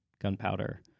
gunpowder